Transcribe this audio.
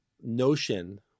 notion